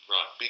Right